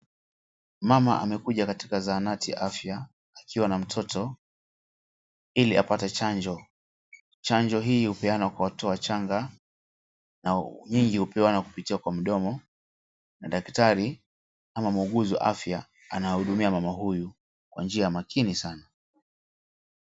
Mama amekuja katika zahanati ya afya akiwa na mtoto ili apate chanjo. Chanjo hii hupeanwa kwa watoto wachanga na hii hupeanwa kupitia kwa mdomo na daktari ama muuguzi wa afya ana mhudumia mama huyu kwa njia ya makini sana.